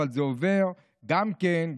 אבל זה עובר גם כן.